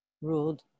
ruled